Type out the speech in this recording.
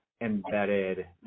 embedded